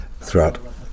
throughout